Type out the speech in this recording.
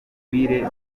wese